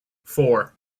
four